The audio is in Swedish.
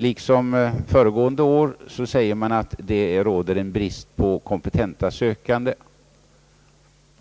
Liksom föregående år sägs det att det råder brist på kompetenta sökande.